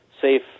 safe